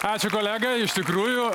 ačiū kolega iš tikrųjų